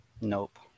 Nope